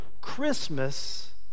Christmas